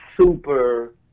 super